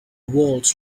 walls